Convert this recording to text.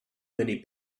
many